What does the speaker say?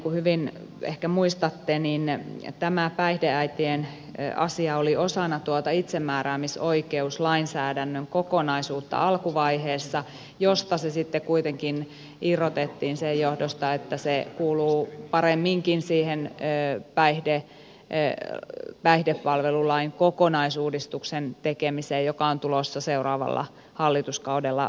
niin kuin ehkä hyvin muistatte tämä päihdeäitien asia oli alkuvaiheessa osana tuota itsemääräämisoikeuslainsäädännön kokonaisuutta josta se sitten kuitenkin irrotettiin sen johdosta että se kuuluu paremminkin siihen päihdepalvelulain kokonaisuudistuksen tekemiseen joka on tulossa seuraavalla hallituskaudella varmuudella esiin